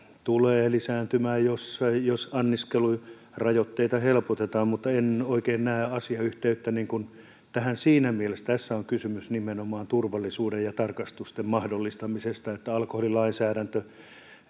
tulee lisääntymään jos jos anniskelurajoitteita helpotetaan mutta en oikein näe asiayhteyttä tähän siinä mielessä että tässä on kysymys nimenomaan turvallisuuden ja tarkastusten mahdollistamisesta alkoholilainsäädäntö